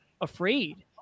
afraid